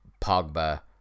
Pogba